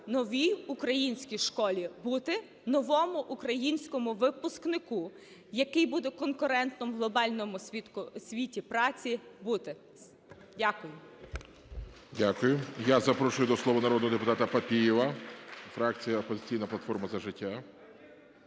"Новій українській школі" – бути, новому українському випускнику, який буде конкурентним у глобальному світі праці – бути Дякую. ГОЛОВУЮЧИЙ. Я запрошую до слова народного депутата Папієва, фракція "Опозиційна платформа - За життя".